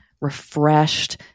refreshed